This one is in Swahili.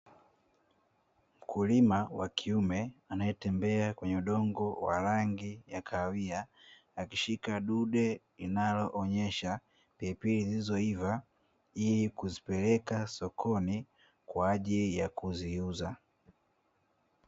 Mkulima wa kiume anayetembea kwenye udongo wa rangi ya kahawia akishika dude linaloonyesha pilipili zilizoiva ili kuzipeleka sokoni kwa ajili ya kuziuza.